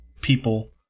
people